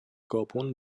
گابن